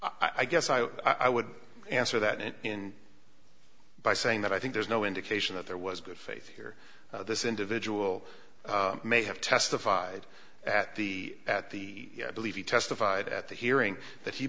the i guess i i would answer that it in by saying that i think there's no indication that there was good faith here this individual may have testified at the at the believe he testified at the hearing that he